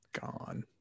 Gone